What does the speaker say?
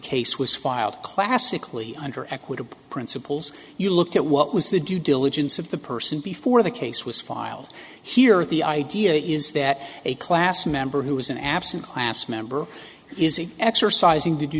case was filed classically under equitable principles you looked at what was the due diligence of the person before the case was filed here the idea is that a class member who is an absent class member is a exercising due